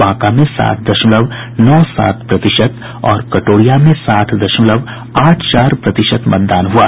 बांका में साठ दशमलव नौ सात प्रतिशत और कटोरिया में साठ दमशलव आठ चार प्रतिशत मतदान हुआ